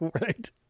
Right